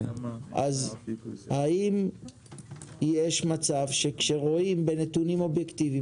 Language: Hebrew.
אז האם יש מצב שכשרואים בנתונים אובייקטיביים